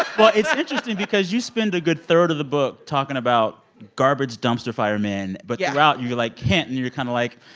ah well, it's interesting because you spend a good third of the book talking about garbage, dumpster-fire men yeah but throughout, you're, like, hinting. you're kind of like,